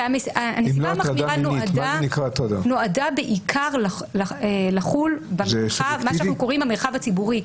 הנסיבה המחמירה נועדה בעיקר לחול במה שאנו קוראים המרחב הציבורי,